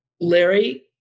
Larry